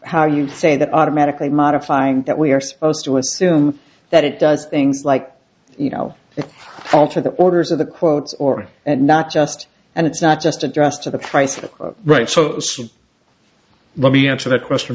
how you say that automatically modifying that we are supposed to assume that it does things like you know it alter the orders of the quotes or and not just and it's not just addressed to the price it right so let me answer that question